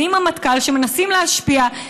שמנסים להשפיע,